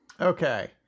Okay